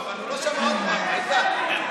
הוא לא שמע, עוד הפעם.